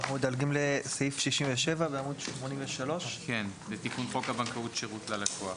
אנחנו מדלגים לסעיף 67 בעמוד 83. 67.תיקון חוק הבנקאות (שירות ללקוח)